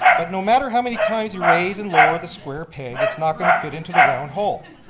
but no matter how many times you raise and lower the square peg, it's not going to fit into the round hole.